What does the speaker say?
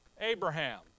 Abraham